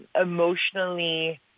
emotionally